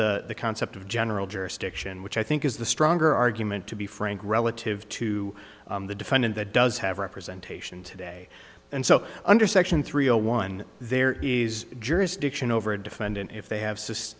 the concept of general jurisdiction which i think is the stronger argument to be frank relative to the defendant that does have representation today and so under section three zero one there is jurisdiction over a defendant if they have sust